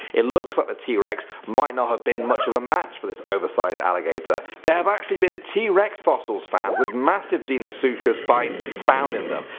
it looks like the t rex might not have been much of a match for this oversized alligator. there have actually been t rex fossils found with massive deinosuchus bites found in them.